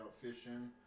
fishing